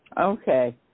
Okay